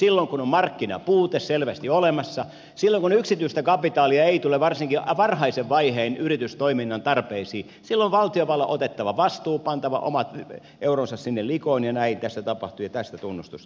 silloin kun on markkinapuute selvästi olemassa silloin kun yksityistä kapitaalia ei tule varsinkaan varhaisen vaiheen yritystoiminnan tarpeisiin silloin valtiovallan on otettava vastuu pantava omat euronsa sinne likoon ja näin tässä tapahtuu ja tästä tunnustus hallitukselle